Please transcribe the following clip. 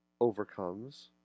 overcomes